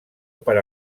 per